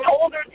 older